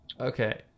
Okay